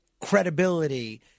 credibility